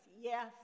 yes